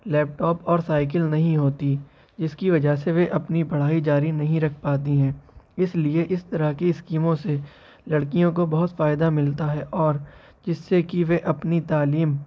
لیپ top اور cycle نہیں ہوتی جس کی وجہ سے وہ اپنی پڑھائی جاری نہیں رکھ پاتی ہیں اس لیے اس طرح کی اسکیموں سے لڑکیوں کو بہت فائدہ ملتا ہے اور جس سے کہ وہ اپنی تعلیم